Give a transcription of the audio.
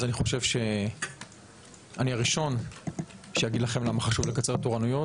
אני חושב שאני הראשון שאגיד לכם למה חשוב לקצר תורנויות,